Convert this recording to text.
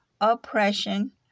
oppression